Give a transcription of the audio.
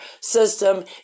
system